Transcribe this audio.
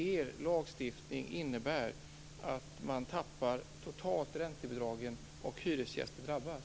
Er lagstiftning innebär att man tappar räntebidragen totalt och att hyresgäster drabbas.